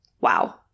Wow